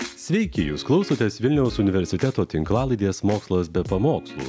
sveiki jūs klausotės vilniaus universiteto tinklalaidės mokslas be pamokslų